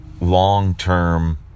long-term